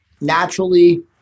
naturally